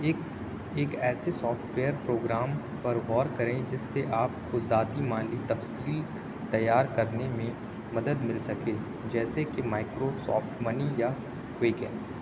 ایک ایک ایسے سافٹ ویئر پروگرام پر غور کریں جس سے آپ کو ذاتی مالی تفصیل تیار کرنے میں مدد مل سکے جیسے کہ مائکروسافٹ منی یا ویکے